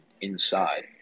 inside